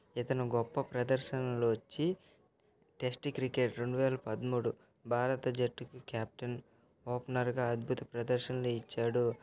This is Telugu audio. ఇతను గొప్ప ప్రదర్శనలు ఇచ్చి టెస్ట్ క్రికెట్ రెండు వేల పదమూడు భారత జట్టుకి క్యాప్టెన్ ఓపెనర్గా అద్భుత ప్రదర్శనలు ఇచ్చాడు